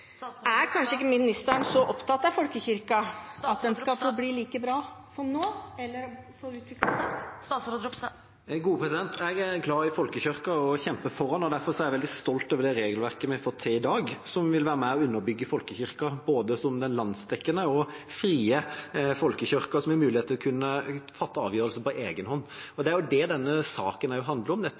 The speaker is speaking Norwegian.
Er ministeren kanskje ikke så opptatt av at folkekirken skal være like bra som nå, eller at den skal få utviklet seg? Jeg er glad i folkekirken, og jeg kjemper for den. Derfor er jeg veldig stolt over det regelverket vi har fått til i dag, som vil være med på å underbygge folkekirken som den både landsdekkende og frie folkekirken som har mulighet til å kunne fatte avgjørelser på egen hånd. Det denne saken nettopp handler om, er å fullføre det